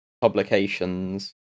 publications